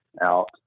out